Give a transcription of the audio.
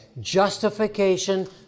justification